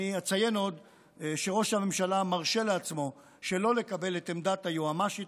אציין עוד שראש הממשלה מרשה לעצמו שלא לקבל את עמדת היועצת